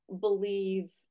believe